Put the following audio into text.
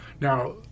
Now